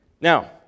now